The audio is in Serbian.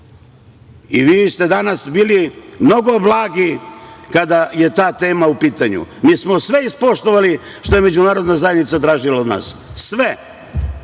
ste danas bili mnogo blagi kada je ta tema u pitanju. Mi smo sve ispoštovali što je međunarodna zajednica tražila od nas, sve,